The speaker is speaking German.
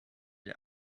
der